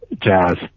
jazz